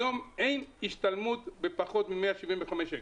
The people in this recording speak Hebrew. היום אין השתלמות בפחות מ-175 שקל.